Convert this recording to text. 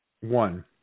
one